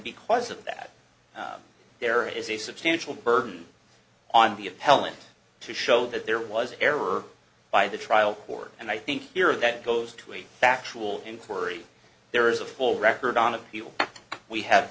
because of that there is a substantial burden on the appellant to show that there was error by the trial court and i think here that goes to a factual inquiry there is a full record on appeal we have